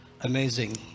amazing